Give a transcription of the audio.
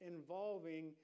involving